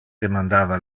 demandava